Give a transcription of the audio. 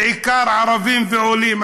בעיקר ערבים ועולים,